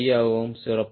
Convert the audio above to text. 5 ஆகும் 0